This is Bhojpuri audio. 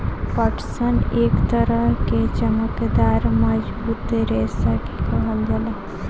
पटसन एक तरह के चमकदार मजबूत रेशा के कहल जाला